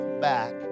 back